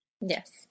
Yes